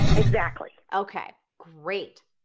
exactly. okay, great.